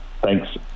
Thanks